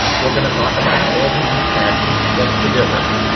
we're going to talk about sales and use taxes. what's the difference?